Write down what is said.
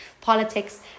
politics